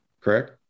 Correct